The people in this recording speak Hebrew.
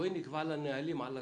בואי נקבע לה נהלים על הכול.